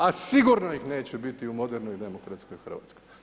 A sigurno ih neće biti u modernoj demokratskoj Hrvatskoj.